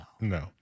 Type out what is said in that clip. No